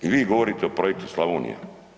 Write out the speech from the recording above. I vi govorite o projektu Slavonije.